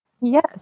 Yes